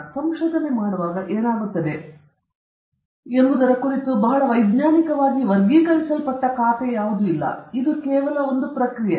ನಾವು ಸಂಶೋಧನೆ ಮಾಡುವಾಗ ಏನಾಗುತ್ತದೆ ಎಂಬುದರ ಕುರಿತು ಇದು ಬಹಳ ವೈಜ್ಞಾನಿಕವಾಗಿ ವರ್ಗೀಕರಿಸಲ್ಪಟ್ಟ ಖಾತೆ ಅಲ್ಲ ಇದು ಕೇವಲ ಒಂದು ಕನ್ಸಾನ್ಸೆನ್ಸಿಕ ಖಾತೆ ಸಂಶೋಧನಾ ಪ್ರಕ್ರಿಯೆ